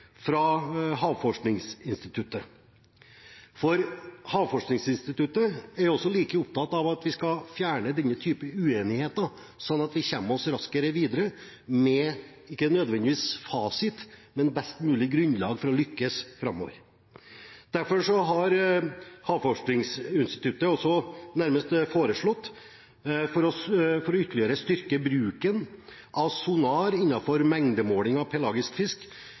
fra Havforskningsinstituttet, for Havforskningsinstituttet er også like opptatt av at vi skal fjerne denne typen uenigheter, slik at vi kommer oss raskere videre – ikke nødvendigvis med en fasit, men med best mulig grunnlag for å lykkes framover. Derfor har Havforskningsinstituttet også, for ytterligere å styrke bruken av sonar innenfor mengdemåling av pelagisk fisk,